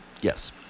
Yes